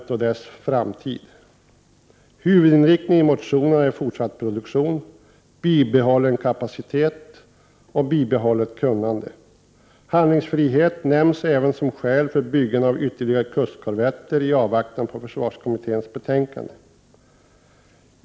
Huvudinriktningen i motionerna är fortsatt produktion, bibehållen kapacitet och bibehållet kunnande. Handlingsfrihet nämns även som skäl för byggande av ytterligare kustkorvetter i avvaktan på försvarskommitténs betänkande.